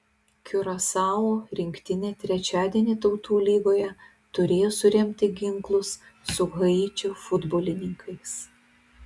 kiurasao rinktinė trečiadienį tautų lygoje turėjo suremti ginklus su haičio futbolininkais